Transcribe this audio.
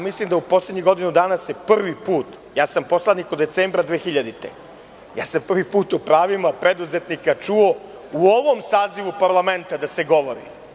Mislim da u poslednjih godinu dana se prvi put, poslanik samo od decembra 2000. godine, prvi put sam o pravima preduzetnika čuo u ovom sazivu parlamenta da se govori.